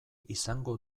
izango